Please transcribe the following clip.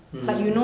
mm